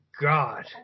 god